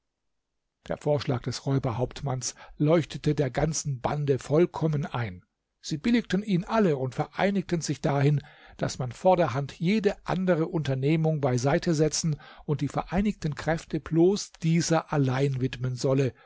der vorschlag des räuberhauptmanns leuchtete der ganzen bande vollkommen ein sie billigten ihn alle und vereinigten sich dahin daß man vorderhand jede andere unternehmung beiseite setzen und die vereinigten kräfte bloß dieser allein widmen solle